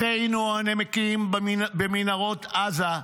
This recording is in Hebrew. אחינו הנמקים במנהרות עזה,